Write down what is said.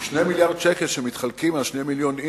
היא 2 מיליארדי שקל שמתחלקים על 2 מיליוני איש.